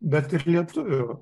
bet ir lietuvių